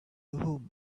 whom